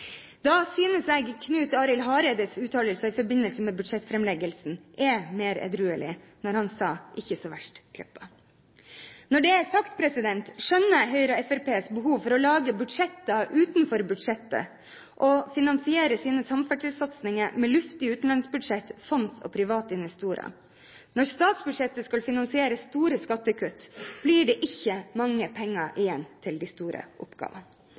Da synes jeg Knut Arild Hareides uttalelse i forbindelse med budsjettfremleggelsen var mer edruelig. Han sa: «Ikke så verst, Kleppa.» Når det er sagt, må jeg si at jeg skjønner Høyres og Fremskrittspartiets behov for å lage budsjetter utenfor budsjettet og finansiere sine samferdselssatsinger med luftige utenlandsbudsjett, fonds og private investorer. Når statsbudsjettet skal finansiere store skattekutt, blir det ikke mange penger igjen til de store oppgavene.